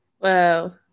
Wow